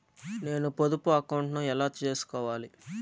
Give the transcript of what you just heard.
నేను పొదుపు అకౌంటు ను ఎలా సేసుకోవాలి?